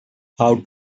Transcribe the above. how